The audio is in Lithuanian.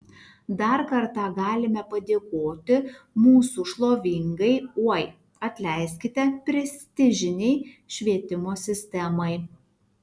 dar kartą galime padėkoti mūsų šlovingai oi atleiskite prestižinei švietimo sistemai